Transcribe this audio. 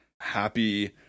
happy